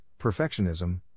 perfectionism